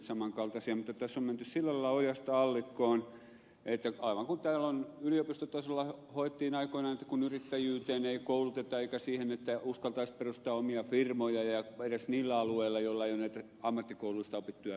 mutta tässä on menty sillä lailla ojasta allikkoon että aivan kuten täällä yliopistotasolla hoettiin aikoinaan yrittäjyyteen ei kouluteta eikä siihen että uskaltaisi perustaa omia firmoja ja edes niillä alueilla joilla ei ole näitä ammattikouluista opittuja taitoja